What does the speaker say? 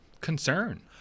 concern